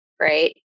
right